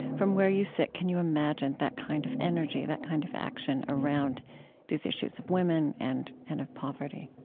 from where you sit, can you imagine that kind of energy, that kind of action, around these issues of women and and of poverty?